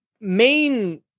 main